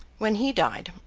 when he died,